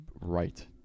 right